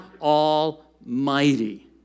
almighty